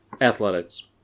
Athletics